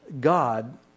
god